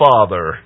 Father